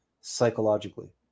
psychologically